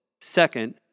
Second